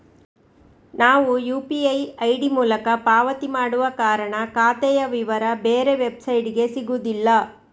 ನಾವು UPI ID ಮೂಲಕ ಪಾವತಿ ಮಾಡುವ ಕಾರಣ ಖಾತೆಯ ವಿವರ ಬೇರೆ ವೆಬ್ಸೈಟಿಗೆ ಸಿಗುದಿಲ್ಲ